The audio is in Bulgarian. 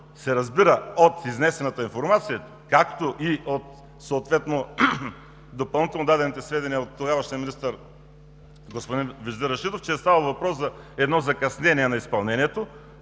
се разбира от изнесената информация, както и от допълнително дадените сведения от тогавашния министър господин Вежди Рашидов, че е ставало въпрос за едно закъснение на изпълнението,